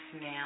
now